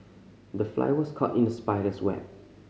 the fly was caught in the spider's web